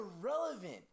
irrelevant